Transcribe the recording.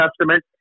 Testament